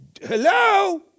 hello